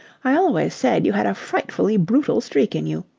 i always said you had a frightfully brutal streak in you.